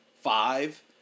five